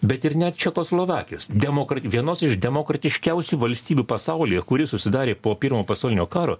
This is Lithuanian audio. bet ir net čekoslovakijos demokrat vienos iš demokratiškiausių valstybių pasaulyje kuri susidarė po pirmo pasaulinio karo